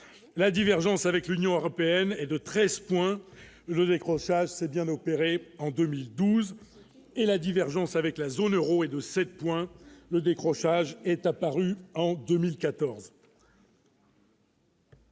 la divergence avec l'Union européenne et de 13 points le décrochage s'est bien opéré en 2012 et la divergence avec la zone Euro et de 7, le décrochage est apparue en 2014.